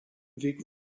weg